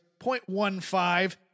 0.15